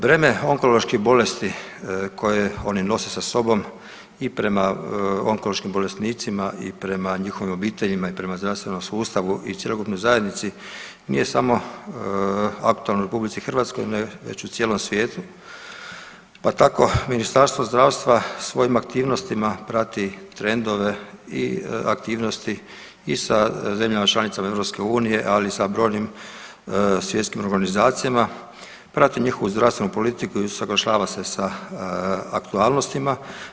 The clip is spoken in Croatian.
Breme onkoloških bolesti koje oni nose sa sobom i prema onkološkim bolesnicima i prema njihovim obiteljima i prema zdravstvenom sustavu i cjelokupnoj zajednici nije samo aktualno u Republici Hrvatskoj već u cijelom svijetu, pa tako Ministarstvo zdravstva svojim aktivnostima prati trendove i aktivnosti i sa zemljama članicama EU ali i sa brojnim svjetskim organizacijama, prati njihovu zdravstvenu politiku i usuglašava se sa aktualnostima.